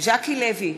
ז'קי לוי,